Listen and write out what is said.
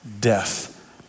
death